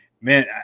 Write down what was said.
man